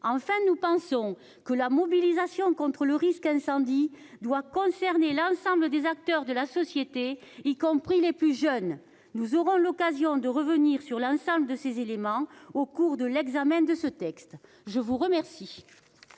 Enfin, nous pensons que la mobilisation contre le risque incendie doit concerner l'ensemble des acteurs de la société, y compris les plus jeunes. Nous aurons l'occasion de revenir sur l'ensemble de ces éléments au cours de l'examen de ce texte. La parole